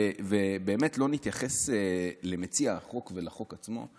ובאמת לא נתייחס למציע החוק ולחוק עצמו?